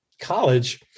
college